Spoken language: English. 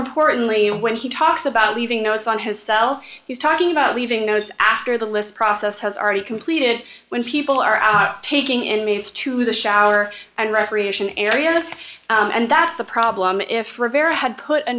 importantly when he talks about leaving notes on his cell he's talking about leaving notes after the list process has already completed when people are out taking inmates to the shower and recreation areas and that's the problem if rivera had put a